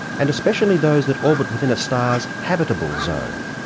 and especially those that orbit within a star's habitable zone.